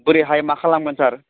बोरैहाय मा खालामगोन सार